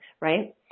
right